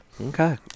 Okay